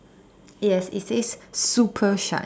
yes it says super shine